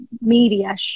media